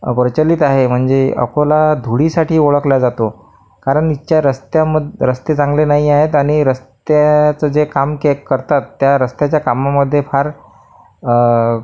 प्रचलित आहे म्हणजे अकोला धुळीसाठी ओळखला जातो कारण याच्या रस्त्यामद् रस्ते चांगले नाही आहेत आणि रस्त्याचं जे काम करतात त्या रस्त्याच्या कामामध्ये फार